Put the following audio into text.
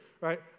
right